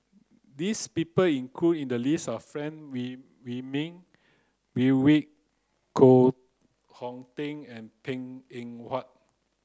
this people included in the list are Frank Wilmin Brewer Koh Hong Teng and Png Eng Huat